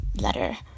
letter